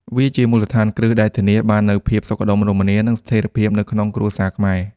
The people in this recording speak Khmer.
វាជាមូលដ្ឋានគ្រឹះដែលធានាបាននូវភាពសុខដុមរមនា និងស្ថិរភាពនៅក្នុងគ្រួសារខ្មែរ។